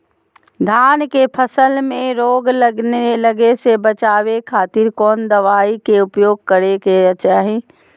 धान के फसल मैं रोग लगे से बचावे खातिर कौन दवाई के उपयोग करें क्या चाहि?